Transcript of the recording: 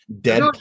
dead